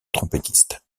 trompettiste